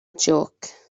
jôc